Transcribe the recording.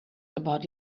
about